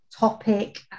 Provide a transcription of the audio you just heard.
topic